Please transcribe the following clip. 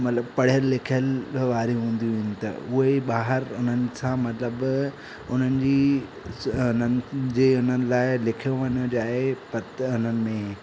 मतिलबु पढ़ियलु लिखियलु वारियूं हूंदियूं आहिनि त उहे ई ॿाहिरि उननि सां मतिलब उन्हनि जी उन्हनि जे लाइ लिखियो वञो जाए त उन्हनि में